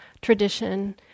tradition